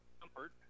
Comfort